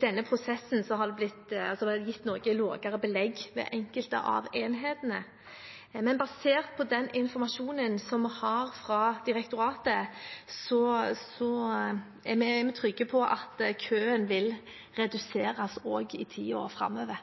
denne prosessen har gitt noe lavere belegg ved enkelte av enhetene, men basert på den informasjonen som vi har fra direktoratet, er vi trygge på at køen vil reduseres også i tiden framover.